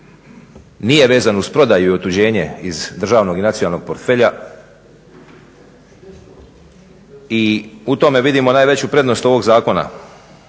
nije vezan uz prodaju i otuđenje iz državnog i nacionalnog portfelja i u tome vidimo najveću prednost ovoga zakona.